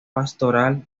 pastoral